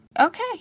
okay